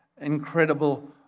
incredible